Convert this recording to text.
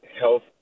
health